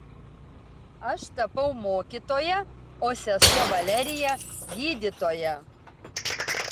aš tapau mokytoja o sesuo valerija gydytoja